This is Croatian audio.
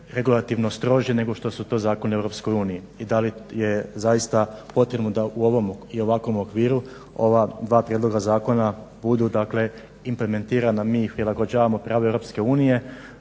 regulativno stroži nego što su to zakoni u EU i da li je zaista potrebno da u ovom i u ovakvom okviru ova dva prijedloga zakona budu implementirana. Mi ih prilagođavamo … EU, vidimo da je